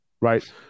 right